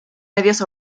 medios